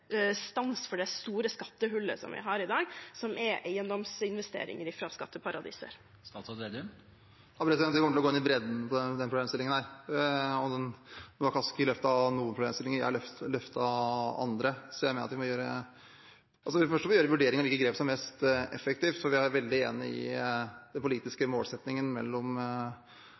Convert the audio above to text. stans for det store skattehullet som vi har i dag, som er eiendomsinvesteringer fra skatteparadiser? Vi kommer til å gå inn i bredden på denne problemstillingen. Nå har Kaski løftet noen problemstillinger, og jeg har løftet andre. Det første vi må gjøre, er å vurdere hvilke grep som er mest effektive. Vi er veldig enig i den politiske målsettingen mellom